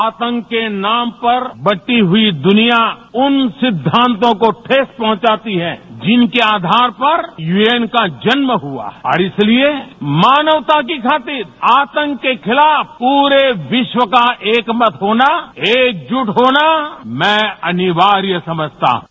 आतंक के नाम पर बटीं हुई दुनिया उन सिद्धांतों को ठेस पहुंचाती है जिनके आधार पर यूएन का जन्म हुआ है और इसलिए मानवता के खातिर आतंक के खिलाफ पूरे विश्व का एक मत होना एक जुट होना मैं अनिवार्य समझता हूं